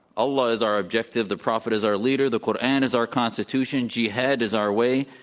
allah is our objective, the prophet is our leader. the koran is our constitution, jihad is our way,